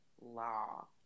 Law